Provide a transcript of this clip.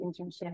internship